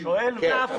אני שואל מה הפוך.